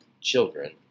children